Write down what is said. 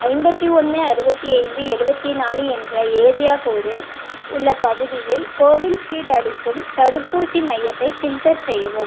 ஐம்பத்தி ஒன்று அறுபத்தி ஐந்து எழுபத்தி நாலு என்ற ஏரியா கோடு உள்ள பகுதியில் கோவிஷீல்டு அளிக்கும் தடுப்பூசி மையத்தைப் ஃபில்டர் செய்யவும்